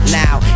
now